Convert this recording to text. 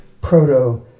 proto